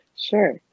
Sure